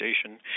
station